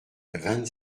vingt